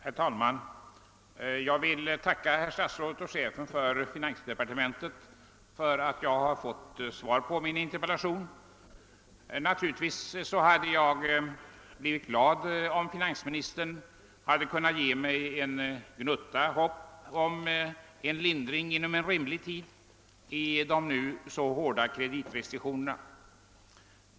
Herr talman! Jag vill tacka statsrådet och chefen för finansdepartementet för att jag fått svar på min interpellation. Naturligtvis hade jag blivit glad, om finansministern hade kunnat ge mig en gnutta hopp om en lindring inom rimlig tid av de nuvarande hårda kreditrestriktionerna.